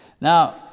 Now